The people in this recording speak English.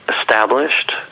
established